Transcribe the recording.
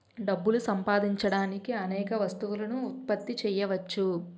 డబ్బులు సంపాదించడానికి అనేక వస్తువులను ఉత్పత్తి చేయవచ్చు